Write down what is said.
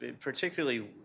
particularly